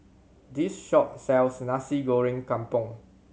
this shop sells Nasi Goreng Kampung